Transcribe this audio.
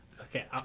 Okay